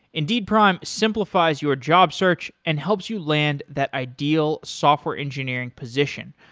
indeed prime simplifies your job search, and helps you land that ideal software engineering position.